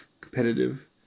competitive